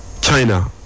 China